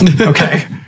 okay